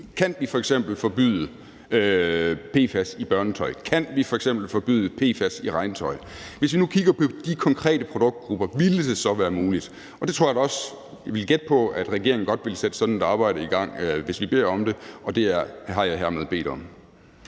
Kan vi f.eks. forbyde PFAS i børnetøj? Kan vi f.eks. forbyde PFAS i regntøj? Hvis vi nu kigger på de konkrete produktgrupper, ville det så være muligt? Jeg tror da også – det vil jeg gætte på – at regeringen godt ville sætte sådan et arbejde i gang, hvis vi beder om det, og det har jeg hermed bedt om.